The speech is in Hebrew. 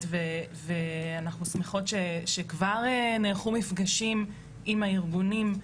ואנחנו שמחות שכבר נערכו מפגשים עם הארגונים.